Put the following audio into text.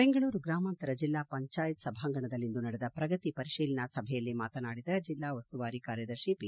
ಬೆಂಗಳೂರು ಗ್ರಾಮಾಂತರ ಜಿಲ್ಲಾ ಪಂಚಾಯತ್ ಸಭಾಂಗಣದಲ್ಲಿಂದು ನಡೆದ ಪ್ರಗತಿ ಪರಿಶೀಲನಾ ಸಭೆಯಲ್ಲಿ ಮಾತನಾಡಿದ ಜಿಲ್ಲಾ ಉಸ್ತುವಾರಿ ಕಾರ್ಯದರ್ಶಿ ಪಿ